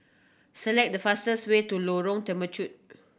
select the fastest way to Lorong Temechut